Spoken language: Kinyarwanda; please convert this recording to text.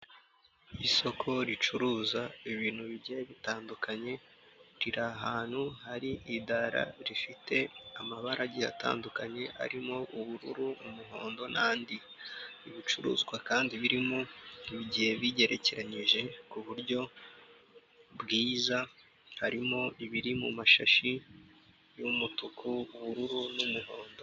Isoko ricuruza ibintu bigiye bitandukanye riri ahantu hari idara rifite amabara agiye atandukanye, harimo ubururu, umuhondo n'andi. Ibicuruzwa kandi birimo bigiye bigerekeranyije ku buryo bwiza, harimo ibiri mu mashashi y'umutuku, ubururu n'umuhondo.